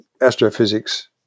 astrophysics